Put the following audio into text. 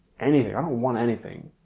anything, i don't want anything.